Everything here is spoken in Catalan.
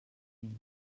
ell